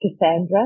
Cassandra